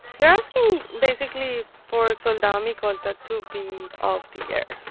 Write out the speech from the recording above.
they're asking, basically, for soldado micolta to be off the air.